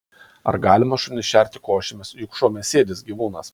ar galima šunis šerti košėmis juk šuo mėsėdis gyvūnas